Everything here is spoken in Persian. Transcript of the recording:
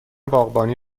باغبانی